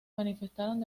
manifestaron